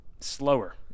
slower